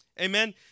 Amen